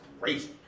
crazy